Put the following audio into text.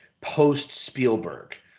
post-Spielberg